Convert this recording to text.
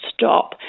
stop